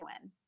win